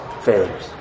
failures